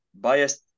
Biased